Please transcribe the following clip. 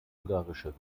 ungarische